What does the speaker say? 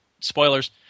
Spoilers